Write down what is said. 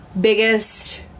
biggest